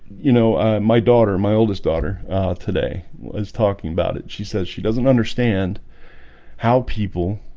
you know my daughter my oldest daughter today was talking about it. she says she doesn't understand how people?